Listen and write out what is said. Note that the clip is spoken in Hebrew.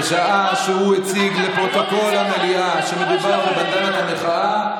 משעה שהוא הציג לפרוטוקול המליאה שמדובר בבנדנת המחאה,